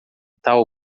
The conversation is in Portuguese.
tal